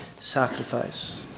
sacrifice